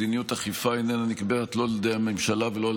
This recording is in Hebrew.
מדיניות אכיפה איננה נקבעת לא על ידי הממשלה ולא על